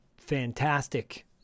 fantastic